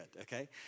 okay